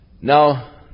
Now